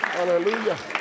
Hallelujah